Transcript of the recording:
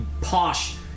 posh